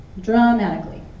dramatically